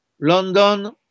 london